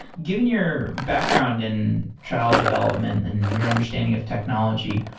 given your background in child development and your understanding of technology,